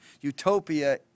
utopia